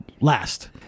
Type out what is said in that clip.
last